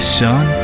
son